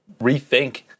rethink